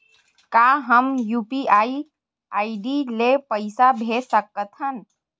का हम UPI ID ले पईसा भेज सकथन?